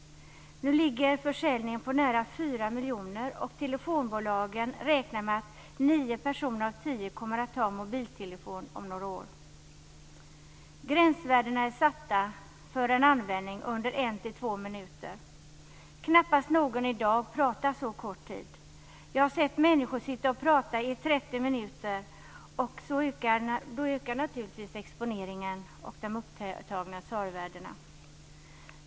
Nu ligger försäljningen på nära 4 miljoner, och telefonbolagen räknar med att nio personer av tio kommer att ha mobiltelefon om några år. Gränsvärdena är satta för användning under en till två minuter. Knappast någon pratar i dag så kort tid. Jag har sett människor sitta och prata i 30 minuter, och då ökar naturligtvis exponeringen och de upptagna SAR-värdena.